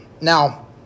Now